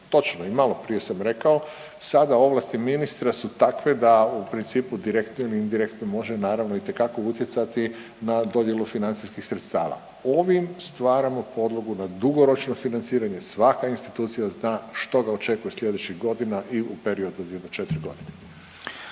točno i maloprije sam rekao, sada ovlasti ministra su takve da u principu direktno ili indirektno može naravno itekako utjecati na dodjelu financijskih sredstava, ovim stvaramo podlogu na dugoročno financiranje, svaka institucija zna što ga očekuje slijedećih godina i u periodu od 2 do 4.g.